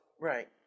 Right